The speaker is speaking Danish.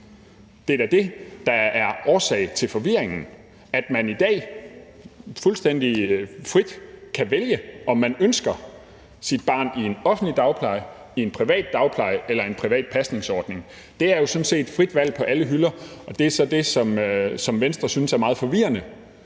Det er da det, der er årsag til forvirringen, altså at man i dag fuldstændig frit kan vælge, om man ønsker sit barn i en offentlig dagpleje, i en privat dagpleje eller en privat pasningsordning. Der er jo sådan set frit valg på alle hylder, og det er så det, som Venstre synes er meget forvirrende.